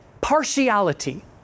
partiality